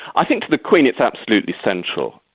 i think to the queen, it's absolutely essential.